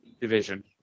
division